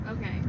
Okay